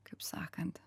kaip sakant